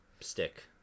stick